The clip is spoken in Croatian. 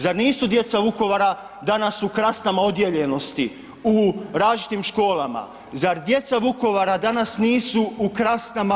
Zar nisu djeca Vukovara danas u krastama odijeljenosti, u različitim školama, zar djeca Vukovara danas nisu krastama?